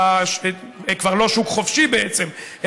זה כבר לא שוק חופשי בעצם,